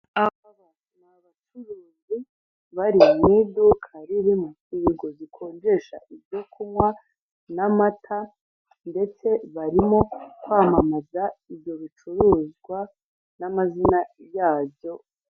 Urupapuro rufite ibara ry'umweru ruriho amagambo agiye atandukanye hariho agace gafite ibara ry'ubururu hariho amagambo yandikishijwe ibara ry'ubururu ndetse n'umukara ruriho amagambo agira ati umuryango.